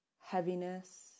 heaviness